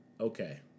okay